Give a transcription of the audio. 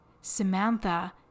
Samantha